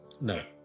No